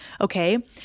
Okay